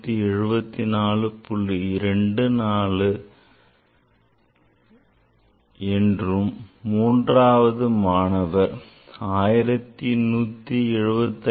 24 என்றும் மூன்றாவது 1175